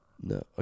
No